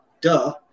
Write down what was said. duh